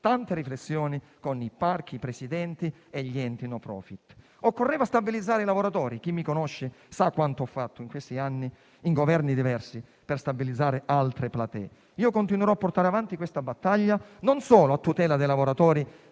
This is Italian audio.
tante riflessioni con i parchi, i presidenti e gli enti *no profit*. Occorreva stabilizzare i lavoratori; chi mi conosce sa quanto ho fatto in questi anni, in Governi diversi, per stabilizzare altre platee. Continuerò a portare avanti questa battaglia a tutela non solo dei lavoratori